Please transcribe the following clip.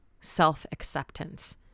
self-acceptance